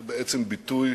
זה בעצם ביטוי